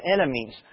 enemies